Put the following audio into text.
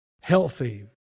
healthy